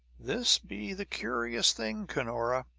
this be the curious thing, cunora